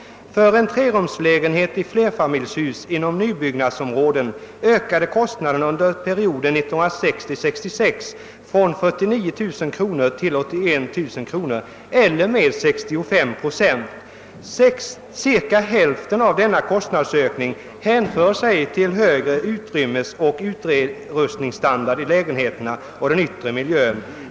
För en 3-rumslägenhet i flerfamiljshus inom nybyggnadsområden ökade kostnaderna under perioden 1960—1966 från 49 000 kr. till 81 000 kr. eller med 65 96. Ca hälften av denna kostnadsökning hänför sig till högre utrymmesoch utrustningsstandard i lägenheterna och den yttre miljön.